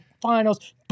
finals